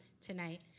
tonight